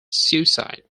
suicide